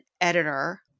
editor